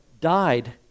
died